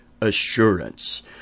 assurance